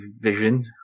vision